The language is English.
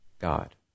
God